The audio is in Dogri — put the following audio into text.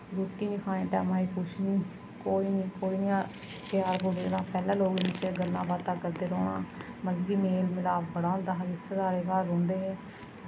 रुट्टी निं खानी टैमा दी कुछ निं कोई निं कोई निं प्यार प्यूर रेह्दा पैह्लें लोकें इन्ने चिर गल्लां बातां करदे रौह्ना मतलब कि मेल मलाप बड़ा होंदा हा रिश्तेदारें दे घर रौंह्दे हे